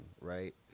right